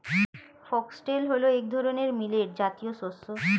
foxtail হল এক ধরনের মিলেট জাতীয় শস্য